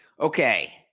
Okay